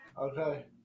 Okay